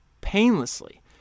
painlessly